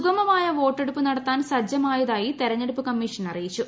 സുഗമമായ വോട്ടെടുപ്പ് നടത്താൻ സജ്ജമായതാ്യി തെരഞ്ഞെടുപ്പ് കമ്മീഷൻ അറിയിച്ചു